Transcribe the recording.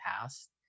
past